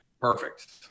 Perfect